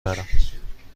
برم